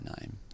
name